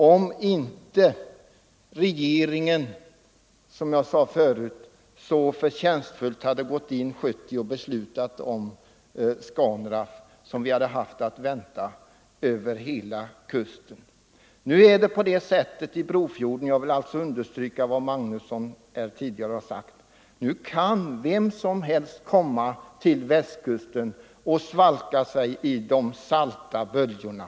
Om inte regeringen, som jag sade tidigare, så förtjänstfullt fattat beslutet 1970 om Scanraff, hade en sådan här utveckling varit att vänta över hela kusten. Till Brofjorden kan nu vem som helst — jag vill understryka vad herr Magnusson i Tanum tidigare har sagt - komma och svalka sig i de salta böljorna.